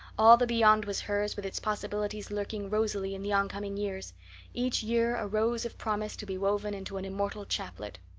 all the beyond was hers with its possibilities lurking rosily in the oncoming years each year a rose of promise to be woven into an immortal chaplet.